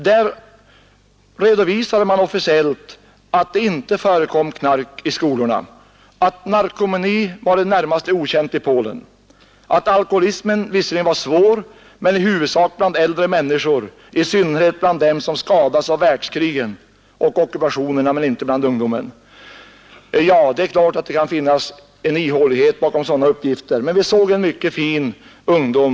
Där redovisade man officiellt att det inte förekom knark i skolorna, att narkomani var i det närmaste okänt i Polen, att alkoholismen visserligen var svår men i huvudsak bland äldre människor, i synnerhet bland dem som skadats av världskrigen och ockupationerna, men inte bland ungdomen. Det är klart att det kan finnas ihålighet bakom sådana uppgifter, men vi såg en mycket fin ungdom.